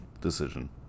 decision